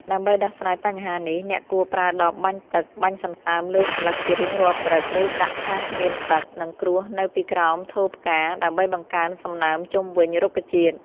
ដើម្បីដោះស្រាយបញ្ហានេះ អ្នកគួរប្រើដបបាញ់ទឹក បាញ់សន្សើមលើស្លឹកជារៀងរាល់ព្រឹក ឬដាក់ថាសមានទឹក និងក្រួសនៅពីក្រោមថូផ្កា ដើម្បីបង្កើនសំណើមជុំវិញរុក្ខជាតិ។